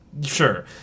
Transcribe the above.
Sure